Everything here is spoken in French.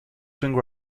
swing